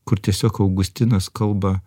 kur tiesiog augustinas kalba